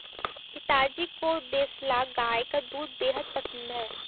पिताजी को देसला गाय का दूध बेहद पसंद है